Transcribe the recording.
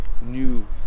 new